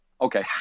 Okay